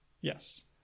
Yes